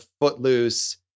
Footloose